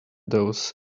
those